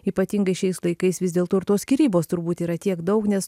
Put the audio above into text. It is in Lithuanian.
ypatingai šiais laikais vis dėlto ir tos skyrybos turbūt yra tiek daug nes